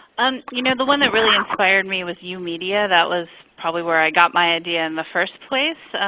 um you know the one that really inspired me was youmedia. that was probably where i got my idea in the first place.